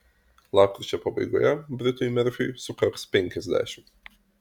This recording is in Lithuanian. lapkričio pabaigoje britui merfiui sukaks penkiasdešimt